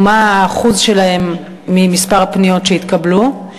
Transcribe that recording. ומה האחוז שלהם ממספר הפניות שהתקבלו?